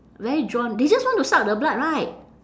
very drawn they just want to suck the blood right